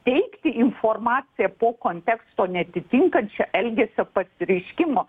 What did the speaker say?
teikti informaciją po konteksto neatitinkančio elgesio pasireiškimo